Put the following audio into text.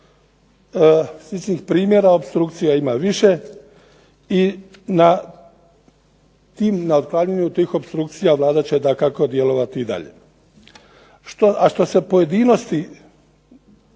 sličnih primjera opstrukcija ima više i na otklanjanju tih opstrukcija Vlada će dakako djelovati i dalje. A što se pojedinosti